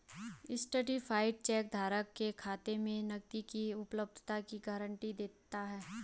certified check धारक के खाते में नकदी की उपलब्धता की गारंटी देता है